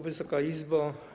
Wysoka Izbo!